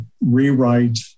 rewrite